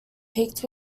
peaked